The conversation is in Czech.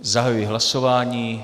Zahajuji hlasování.